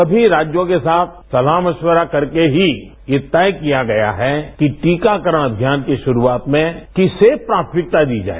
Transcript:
समी राज्यों के साथ सलाह मश्विरा करके ही यह तय किया गया है कि टीकाकरण अभियान की शुरूआत में किसे प्राथमिकता दी जाए